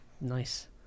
Nice